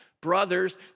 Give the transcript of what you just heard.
brothers